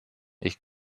ich